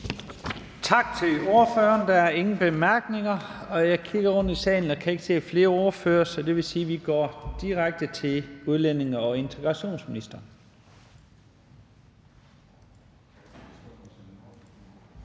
Tak til ordføreren. Der er ingen korte bemærkninger, og jeg kigger rundt i salen og kan ikke se flere ordførere, så det vil sige, at vi går direkte til udlændinge- og integrationsministeren.